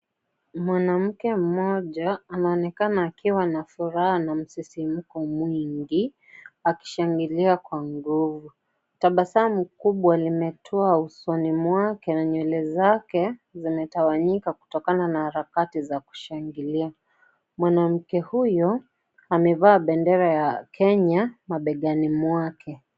Mwanamke mmoja anaonekana akiwa na furaha na msisimuko mwingi, akishangilia kwa nguvu. Tabasamu kubwa limetua usoni mwake na nywele zake, zimetawanyika kutokana na harakati za kushangilia. Mwanamke huyo, amevaa bendera ya Kenya mabegani mwake.